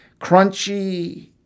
Crunchy